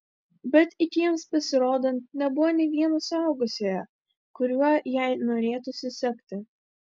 bet iki jiems pasirodant nebuvo nė vieno suaugusiojo kuriuo jai norėtųsi sekti